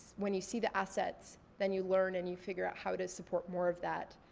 when you see the assets, then you learn, and you figure out how to support more of that.